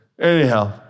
Anyhow